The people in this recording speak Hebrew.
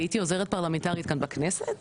הייתי עוזרת פרלמנטרית כאן בכנסת,